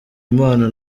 impano